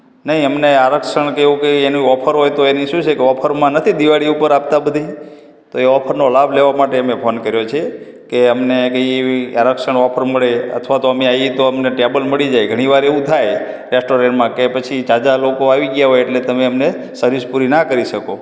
નહીં અમને આરક્ષણ કે એવું કઈ એની ઓફર હોય તો એની શું છે કે ઓફરમાં નથી દિવાળી ઉપર આપતા બધી તો એ ઓફરનો લાભ લેવા માટે મેં ફોન કર્યો છે કે અમને કઈ એવી આરક્ષણ ઓફર મળે અથવા અમે આવીએ તો અમને ટેબલ મળી જાય ઘણીવાર એવું થાય રેસ્ટોરન્ટમાં કે પછી ઝાઝા લોકો આવી ગયા હોય એટલે તમે અમને સર્વિસ પૂરી ના કરી શકો